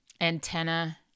antenna